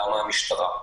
למה המשטרה?